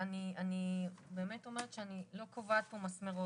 אני באמת אומרת שאני לא קובעת פה מסמרות,